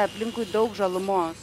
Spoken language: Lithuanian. aplinkui daug žalumos